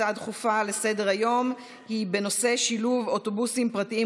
הצעות דחופות לסדר-היום בנושא: שילוב אוטובוסים פרטיים